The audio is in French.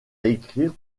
écrire